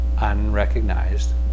unrecognized